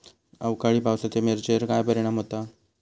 अवकाळी पावसाचे मिरचेर काय परिणाम होता?